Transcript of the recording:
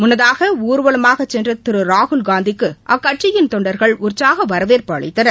முன்னதாக ஊர்வலமாகச் சென்ற திரு ராகுல்காந்திக்கு அக்கட்சியின் தொண்டர்கள் உற்சாக வரவேற்பு அளித்தனர்